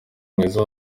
mwiza